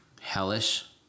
hellish